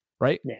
Right